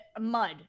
mud